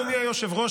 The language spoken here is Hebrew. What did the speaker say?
אדוני היושב-ראש,